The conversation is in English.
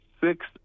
six